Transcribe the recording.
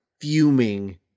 fuming